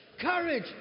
Courage